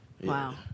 Wow